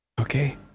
Okay